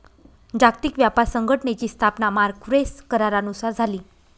जागतिक व्यापार संघटनेची स्थापना मार्क्वेस करारानुसार झाली